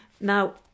Now